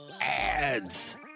Ads